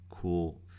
cool